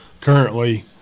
currently